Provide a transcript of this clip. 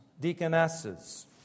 deaconesses